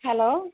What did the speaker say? hello